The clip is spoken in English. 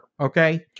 okay